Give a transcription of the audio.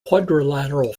quadrilateral